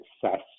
success